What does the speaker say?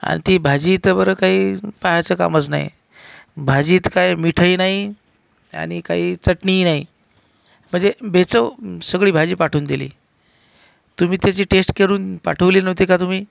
आणि ती भाजी तर बरं काही पाहायचं कामच नाही भाजीत काय मीठही नाही आणि काही चटणीही नाही म्हणजे बेचव सगळी भाजी पाठवून दिली तुम्ही त्याची टेस्ट करून पाठवली नव्हती का तुम्ही